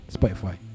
Spotify